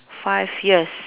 five years